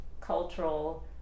cultural